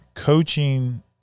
Coaching